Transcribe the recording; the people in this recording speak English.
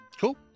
Cool